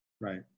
Right